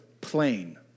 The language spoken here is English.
plain